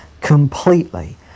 completely